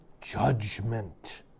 judgment